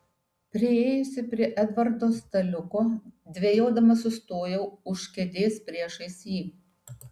priėjusi prie edvardo staliuko dvejodama sustojau už kėdės priešais jį